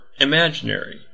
imaginary